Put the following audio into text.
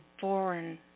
foreign